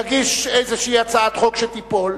יגיש איזושהי הצעת חוק שתיפול,